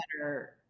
better